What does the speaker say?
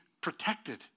protected